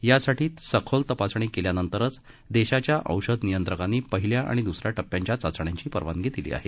यासाठी सखोल तपासणी केल्यानंतरच देशाच्या औषध नियंत्रकांनी पहिल्या आणि द्सऱ्या टपप्यांच्या चाचण्यांची परवानगी दिली आहे